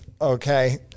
okay